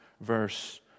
verse